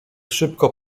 szybko